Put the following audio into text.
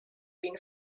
been